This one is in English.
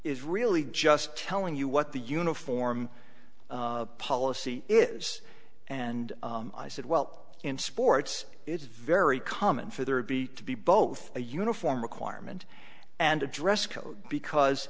is really just telling you what the uniform policy is and i said well in sports it's very common for there would be to be both a uniform requirement and a dress code because